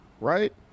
right